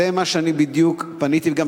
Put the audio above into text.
זה בדיוק מה שפניתי בגללו,